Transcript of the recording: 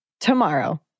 tomorrow